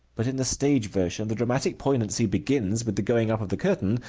but in the stage-version the dramatic poignancy begins with the going up of the curtain,